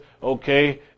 Okay